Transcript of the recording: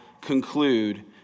conclude